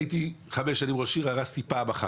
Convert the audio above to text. הייתי ראש עיר חמש שנים והרסתי פעם אחת,